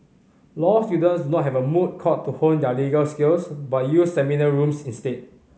law students do not have a moot court to hone their legal skills but use seminar rooms instead